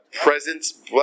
presence